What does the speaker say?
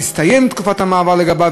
תסתיים תקופת המעבר לגביו,